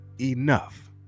enough